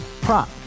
Prop